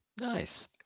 Nice